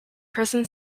prison